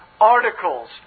articles